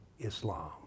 Islam